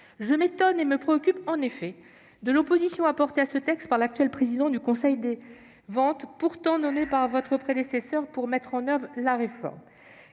Je m'étonne et je me préoccupe en effet de l'opposition à ce texte de l'actuel président du Conseil des ventes, qui a pourtant été nommé par votre prédécesseur pour mettre en oeuvre la réforme.